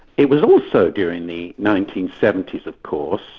it was also during the nineteen seventy s of course,